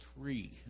three